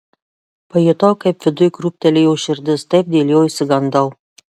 pajutau kaip viduj krūptelėjo širdis taip dėl jo išsigandau